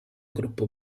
gruppo